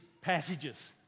passages